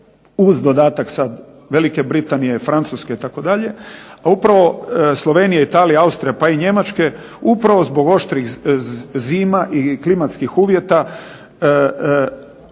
uz dodatak Velike Britanije, Francuske itd. A upravo Slovenija, Italija, Austrija pa i Njemačka, upravo zbog oštrih zima i klimatskih uvjeta